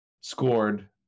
scored